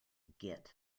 git